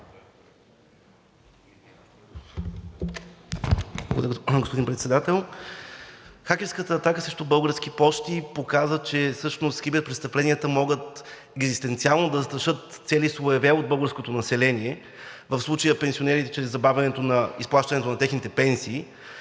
България): Хакерската атака срещу Български пощи показа, че всъщност киберпрестъпленията могат екзистенциално да застрашат цели слоеве от българското население, в случая пенсионерите чрез забавяне на изплащането на техните пенсии.